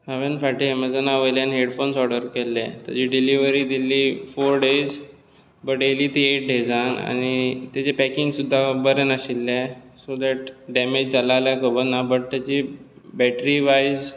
हांवेन फाटी एमेझोनावयल्यान हेडफोन्स ऑर्डर केल्ले ताजी डिलीवरी दिल्ली फोर डेज बट येली ती एट डेजान आनी तेजे पॅकींग सुद्दां बरें नाशिल्ले सो दॅट डॅमेज जालां जाल्यार खबर ना बट ताची बेट्रिवायज